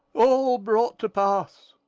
all brought to pass,